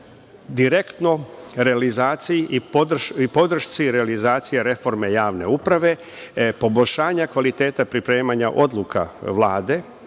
direktno realizaciji i podršci realizacije reforme Javne uprave, poboljšanja kvaliteta pripremanja odluke Vlade